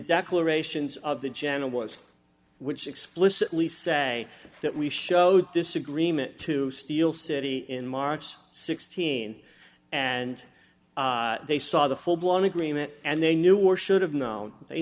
declarations of the channel was which explicitly say that we showed this agreement to steel city in march sixteen and they saw the full blown agreement and they knew or should have known they